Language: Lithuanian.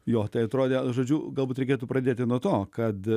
jo tai atrodė žodžiu galbūt reikėtų pradėti nuo to kad